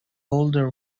older